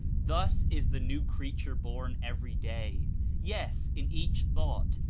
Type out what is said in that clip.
thus is the new creature born every day yes, in each thought,